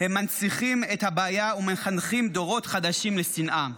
הם מנציחים את הבעיה ומחנכים דורות חדשים לשנאה.